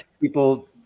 people